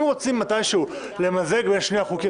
אם רוצים מתישהו למזג בין שני החוקים,